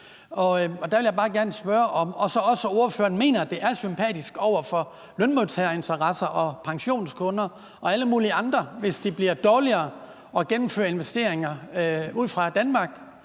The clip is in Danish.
Der vil jeg bare gerne spørge om, om så også ordføreren mener, at det er sympatisk i forhold til lønmodtagerinteresser og over for pensionskunder og alle mulige andre, hvis det bliver dårligere at gennemføre investeringer ud fra danske